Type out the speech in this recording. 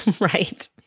Right